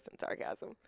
sarcasm